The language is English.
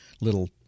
little